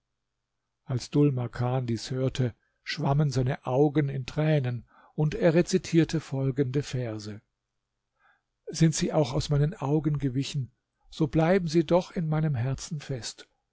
als dhul makan dies hörte schwammen seine augen in tränen und er rezitierte folgende verse sind sie auch aus meinen augen gewichen so bleiben sie doch in meinem herzen fest